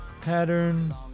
pattern